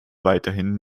weiterhin